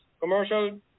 commercial